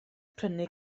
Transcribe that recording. prynu